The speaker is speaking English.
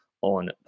on